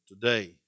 Today